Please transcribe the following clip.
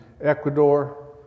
Ecuador